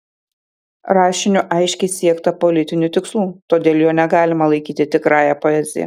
rašiniu aiškiai siekta politinių tikslų todėl jo negalima laikyti tikrąja poezija